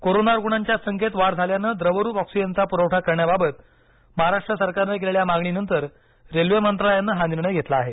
corona रुग्णांच्या संख्येत वाढ झाल्यानं द्रवरूप ऑक्सिजनचा पुरवठा करण्याबाबत महाराष्ट्र सरकारनं केलेल्या मागणीनंतर रेल्वे मंत्रालयानं हा निर्णय घेतला आहे